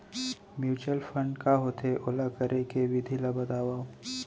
mutual fund का होथे, ओला करे के विधि ला बतावव